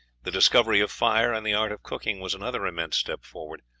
the discovery of fire and the art of cooking was another immense step forward.